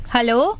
Hello